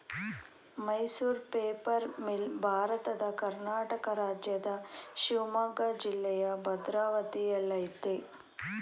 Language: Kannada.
ಮೈಸೂರು ಪೇಪರ್ ಮಿಲ್ ಭಾರತದ ಕರ್ನಾಟಕ ರಾಜ್ಯದ ಶಿವಮೊಗ್ಗ ಜಿಲ್ಲೆಯ ಭದ್ರಾವತಿಯಲ್ಲಯ್ತೆ